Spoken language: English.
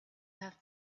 have